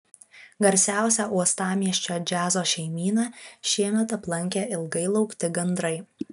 garsiausią uostamiesčio džiazo šeimyną šiemet aplankė ilgai laukti gandrai